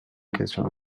occasion